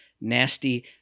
nasty